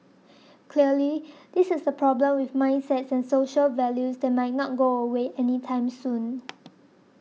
clearly this is a problem with mindsets and social values that might not go away anytime soon